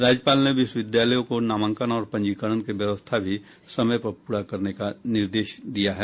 राज्यपाल ने विश्वविद्यालयों को नामांकन और पंजीकरण की व्यवस्था भी समय पर पूरा करने का निर्देश दिया है